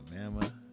Alabama